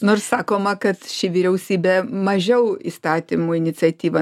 nors sakoma kad ši vyriausybė mažiau įstatymų iniciatyva